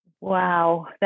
Wow